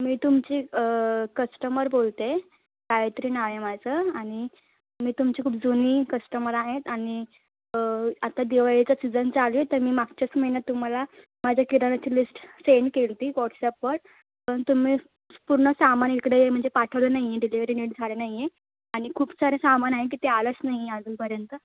मी तुमची कस्टमर बोलते गायत्री नाव आहे माझं आणि मी तुमची खूप जुनी कस्टमर आहेत आणि आत्ता दिवाळीचा सिजन चालू आहे तर मी मागच्याच महिन्यात तुम्हाला माझ्या किराण्याची लिस्ट सेंड केली होती वॉट्सपवर पण तुम्ही पूर्ण सामान इकडे म्हणजे पाठवलं नाही डिलिवरी नीट झाली नाही आणि खूप सारं सामान आहे की ते आलंच नाही अजूनपर्यंत